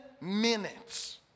minutes